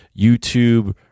YouTube